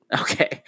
Okay